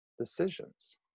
decisions